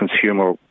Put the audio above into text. consumer